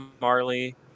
Marley